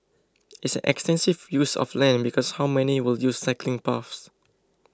it's an extensive use of land because how many will use cycling paths